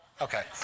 Okay